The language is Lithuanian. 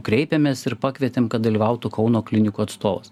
kreipėmės ir pakvietėm kad dalyvautų kauno klinikų atstovas